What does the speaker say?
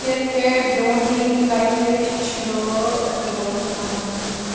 cricket Dhoni کَتہِ چھُ روزان